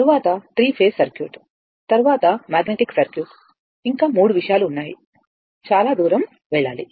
తరువాత three phase circuit తరువాత magnetic circuit ఇంకా మూడు విషయాలు ఉన్నాయి చాలా దూరం వెళ్ళాలి